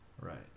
right